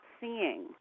seeing